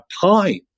time